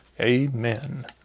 Amen